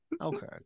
Okay